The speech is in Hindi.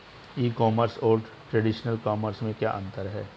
ई कॉमर्स और ट्रेडिशनल कॉमर्स में क्या अंतर है?